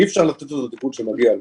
אי אפשר לתת לו את הטיפול שמגיע לו.